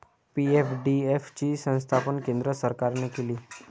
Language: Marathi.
पी.एफ.डी.एफ ची स्थापना केंद्र सरकारने केली